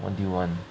what do you want